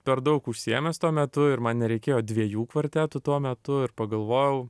per daug užsiėmęs tuo metu ir man nereikėjo dviejų kvartetų tuo metu ir pagalvojau